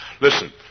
Listen